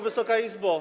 Wysoka Izbo!